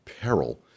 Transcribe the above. Peril